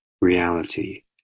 reality